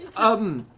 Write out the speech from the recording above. um.